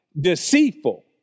deceitful